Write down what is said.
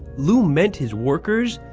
liu meant his workers,